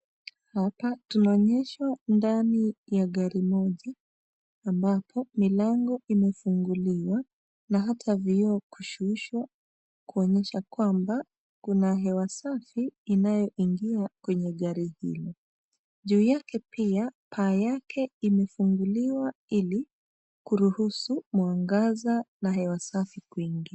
Hapa tunaonyeshwa ndani ya gari moja, ambapo milango imefunguliwa na hata vioo kushushwa, kuonyesha kwamba kuna hewa safi inayoingia kwenye gari hilo. Juu yake pia, paa yake imefunguliwa ili kuruhusu mwangaza na hewa safi kuingia.